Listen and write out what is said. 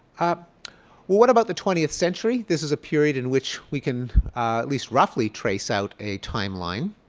ah what what about the twentieth century? this is a period in which we can at least roughly trace out a timeline.